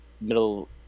middle